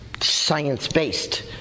science-based